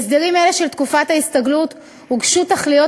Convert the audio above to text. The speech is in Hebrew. בהסדרים אלה של תקופת ההסתגלות הודגשו תכליות